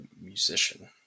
musician